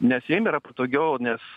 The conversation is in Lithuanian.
nes jiem yra patogiau nes